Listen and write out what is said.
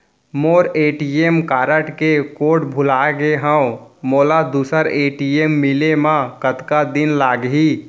मोर ATM card के code भुला गे हव, मोला दूसर ए.टी.एम मिले म कतका दिन लागही?